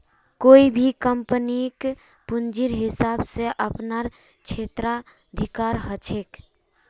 कोई भी कम्पनीक पूंजीर हिसाब स अपनार क्षेत्राधिकार ह छेक